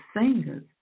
singers